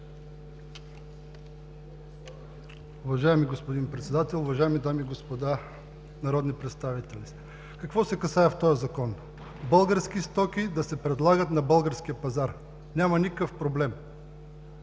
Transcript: Уважаеми господин Председател, уважаеми дами и господа народни представители! Какво се касае в този Закон? Български стоки да се предлагат на българския пазар. Няма никакъв проблем.